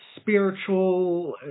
spiritual